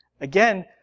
Again